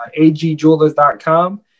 AGJewelers.com